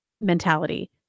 mentality